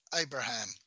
Abraham